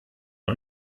und